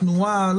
תנועה.